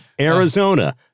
Arizona